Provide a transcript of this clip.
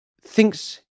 thinks